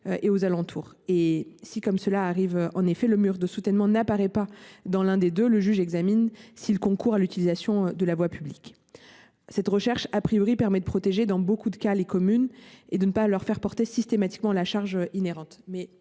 alentour. Si, comme cela arrive en effet, le mur de soutènement n’apparaît pas dans l’un d’eux, le juge vérifie s’il concourt à l’utilisation de la voie publique. Cette recherche permet de protéger dans beaucoup de cas les communes et de ne pas leur faire porter de façon systématique les charges inhérentes